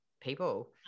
people